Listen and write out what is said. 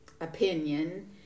opinion